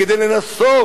כדי לנסות